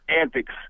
antics